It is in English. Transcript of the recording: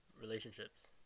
Relationships